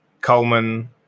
Coleman